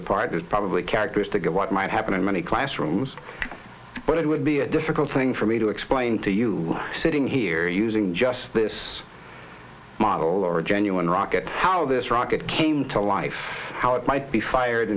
apart there's probably characteristic of what might happen in many classrooms but it would be a difficult thing for me to explain to you sitting here using just this model or a genuine rocket how this rocket came to life how it might be fired